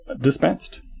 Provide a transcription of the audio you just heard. dispensed